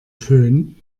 fön